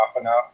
enough